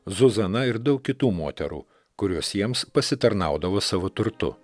zuzana ir daug kitų moterų kurios jiems pasitarnaudavo savo turtu